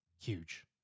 huge